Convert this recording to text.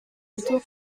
plutôt